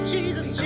Jesus